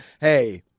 hey—